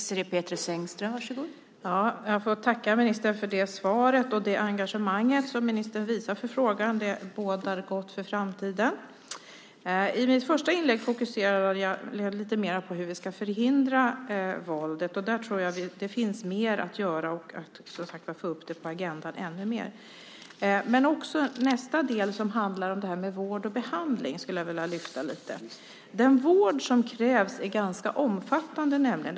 Fru talman! Jag tackar ministern för det svaret och för det engagemang som ministern visar för frågan. Det bådar gott för framtiden. I mitt första inlägg fokuserade jag lite mer på hur vi ska förhindra våldet. Där tror jag att det finns mer att göra för att få upp det på agendan ännu mer. Jag skulle också vilja lyfta upp nästa del som handlar om vård och behandling. Den vård som krävs är nämligen ganska omfattande.